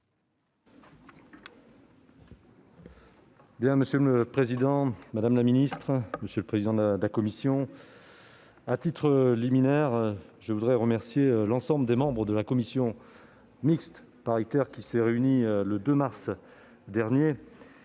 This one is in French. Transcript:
Monsieur le président, madame la ministre, mes chers collègues, à titre liminaire, je voudrais remercier l'ensemble des membres de la commission mixte paritaire, qui s'est réunie le 2 mars dernier.